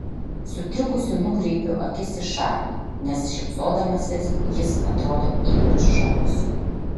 sutrikusi nukreipiu akis į šalį nes šypsodamasis jis atrodo ypač žavus